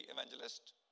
evangelist